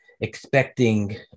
expecting